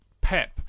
Pep